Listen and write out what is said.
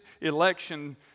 election